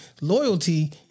loyalty